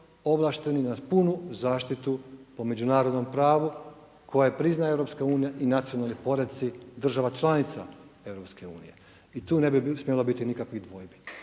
ovlašteni na punu zaštitu po međunarodnom pravu koje priznaje EU i nacionalni poredci država članica EU i tu ne bi smjelo biti nikakvih dvojbi.